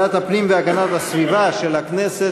הבטחת נכסי בעלי הדירות בעסקאות מסוג של התחדשות